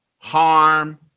harm